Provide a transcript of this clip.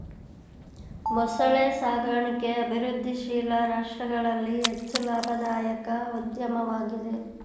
ಮೊಸಳೆ ಸಾಕಣಿಕೆ ಅಭಿವೃದ್ಧಿಶೀಲ ರಾಷ್ಟ್ರಗಳಲ್ಲಿ ಹೆಚ್ಚು ಲಾಭದಾಯಕ ಉದ್ಯಮವಾಗಿದೆ